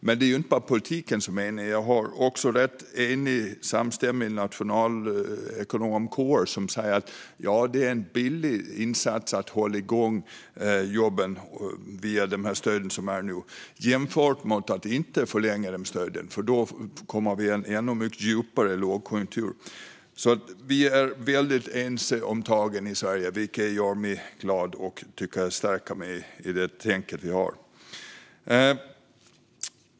Men det är inte bara politiken som är enig, utan jag hör också en rätt enig och samstämmig nationalekonomkår som säger att det är en billig insats att hålla igång jobben via de stöd som finns nu jämfört med att inte förlänga stöden. Då hamnar vi i en ännu mycket djupare lågkonjunktur. Vi är alltså väldigt ense om detta i Sverige, vilket gör mig glad och stärker mig i det tänk vi har.